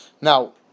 Now